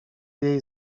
jej